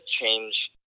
change